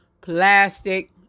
plastic